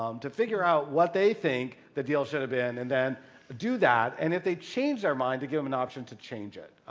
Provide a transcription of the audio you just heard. um to figure out what they think the deal should have been, and and do that, and if they change their mind to give them an option to change it.